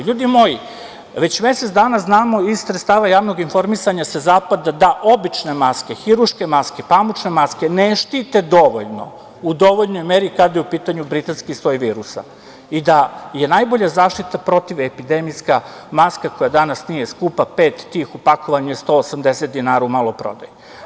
Ljudi moji, već mesec dana znamo iz sredstava javnog informisanja sa Zapada da obične maske, hirurške maske, pamučne maske ne štite u dovoljnoj meri kada je u pitanju britanski soj virusa i da je najbolja zaštita protivepidemijska maska koja danas nije skupa, pet tih u pakovanju je 180,00 dinara u maloprodaji.